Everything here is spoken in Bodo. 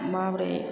माबोरै